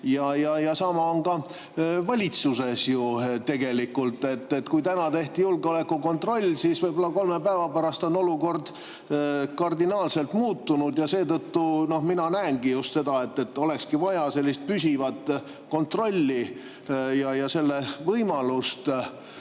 Sama on ka valitsuse [liikmetega]. Kui täna tehti julgeolekukontroll, siis võib-olla kolme päeva pärast on olukord kardinaalselt muutunud. Seetõttu mina näengi, et oleks vaja sellist püsivat kontrolli ja selle võimalust. Mina